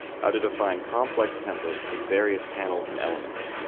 how to define complex templates with various panels and elements.